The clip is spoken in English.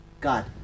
God